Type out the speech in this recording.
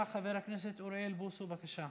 מציע חבר הכנסת אוריאל בוסו, בבקשה.